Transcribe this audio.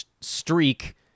streak